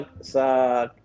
sa